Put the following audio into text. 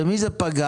במי זה פגע?